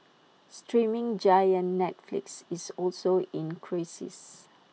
streaming giant Netflix is also in crisis